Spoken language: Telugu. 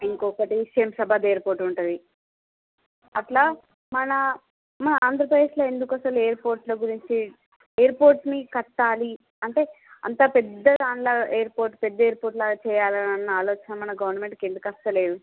ఇంకొకటి శంషాబాద్ ఎయిర్పోర్ట్ ఉంటుంది అట్లా మన మన ఆంధ్రప్రదేశ్లో ఎందుకు అసలు ఎయిర్పోర్ట్ల గురించి ఎయిర్పోర్ట్ ని కట్టాలి అంటే అంత పెద్దదానిలాగా ఎయిర్పోర్ట్ పెద్ద ఎయిర్పోర్ట్ లాగా చేయాలి అన్న ఆలోచన మన గవర్నమెంట్ కి ఎందుకు వస్తలేదు